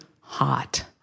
hot